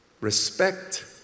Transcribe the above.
Respect